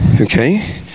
Okay